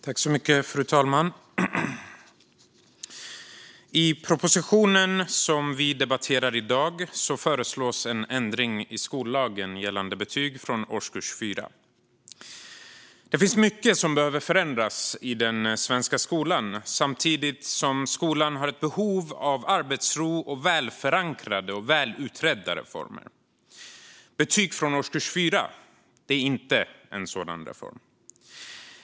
Fru talman! I propositionen som vi debatterar i dag föreslås en ändring i skollagen gällande betyg från årskurs 4. Det finns mycket som behöver förändras i den svenska skolan, samtidigt som skolan har ett behov av arbetsro och välförankrade och välutredda reformer. Betyg från årskurs 4 är inte en sådan reform.